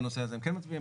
בנושא הזה הם כן מצביעים,